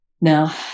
Now